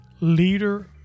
leader